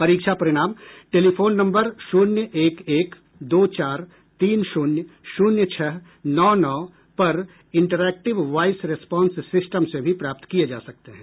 परीक्षा परिणाम टेलीफोन नम्बर शून्य एक एक दो चार तीन शून्य शून्य छह नौ नौ पर इंटरैक्टिव वायस रेस्पांस सिस्टम से भी प्राप्त किए जा सकते हैं